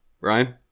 Ryan